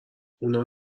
اونا